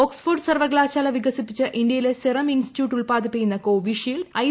Oxford സർവകലാശാല വികസിപ്പിച്ച് ഇന്ത്യയിലെ സെരും ഇൻസ്റ്റിറ്റ്യൂട്ട് ഉത്പാദിപ്പിക്കുന്ന കോവിഷീൽഡ് ഐ